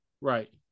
Right